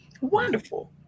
wonderful